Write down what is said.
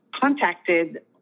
contacted